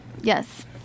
Yes